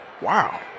Wow